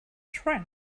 trance